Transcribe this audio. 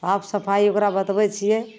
साफ सफाइ ओकरा बतबै छिए